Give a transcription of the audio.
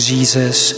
Jesus